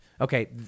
Okay